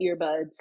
earbuds